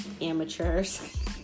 amateurs